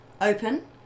open